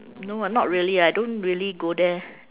no ah not really ah I don't really go there